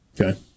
Okay